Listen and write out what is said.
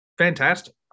fantastic